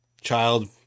child